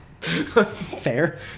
Fair